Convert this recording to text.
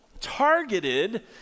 targeted